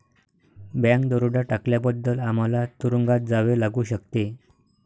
bank दरोडा टाकल्याबद्दल आम्हाला तुरूंगात जावे लागू शकते